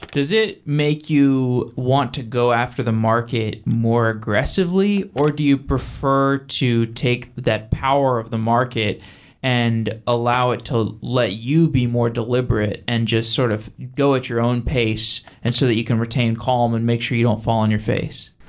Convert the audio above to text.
does it make you want to go after the market more aggressively or do you prefer to take that power of the market and allow it to let you be more deliberate and just sort of go at your own pace and so that you can retain calm and make sure you don't fall in your face?